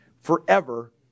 forever